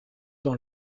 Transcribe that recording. dans